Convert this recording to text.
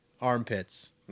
armpits